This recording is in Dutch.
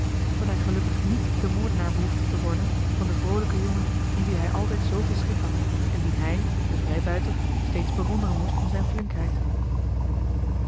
dat hij gelukkig niet de moordenaar behoefde te worden van den vroolijken jongen in wien hij altijd zooveel schik had en dien hij de vrijbuiter steeds bewonderen moest om zijn flinkheid